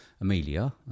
Amelia